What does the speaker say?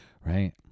right